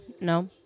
no